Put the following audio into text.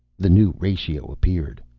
the new ratio appeared.